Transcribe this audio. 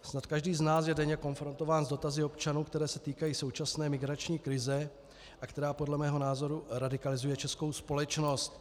Snad každý z nás je denně konfrontován s dotazy občanů, které se týkají současné migrační krize, která podle mého názoru radikalizuje českou společnost.